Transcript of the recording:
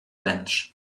bench